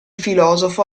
filosofo